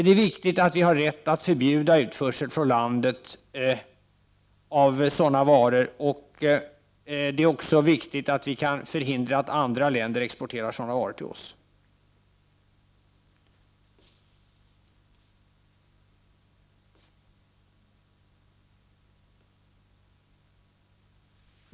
Det är viktigt att vi har rätt att förbjuda utförsel från landet av sådana varor. Det är alltså viktigt att vi kan förhindra att andra länder exporterar sådana varor till oss.